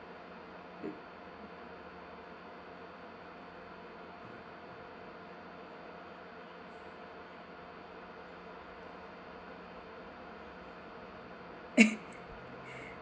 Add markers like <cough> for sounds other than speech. <laughs>